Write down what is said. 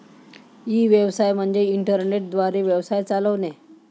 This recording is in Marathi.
ई व्यवसाय म्हणजे इंटरनेट द्वारे व्यवसाय चालवणे